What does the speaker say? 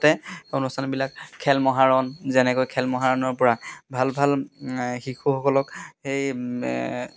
অনুষ্ঠানবিলাক খেল মহাৰণ যেনেকৈ খেল মহাৰণৰ পৰা ভাল ভাল শিশুসকলক সেই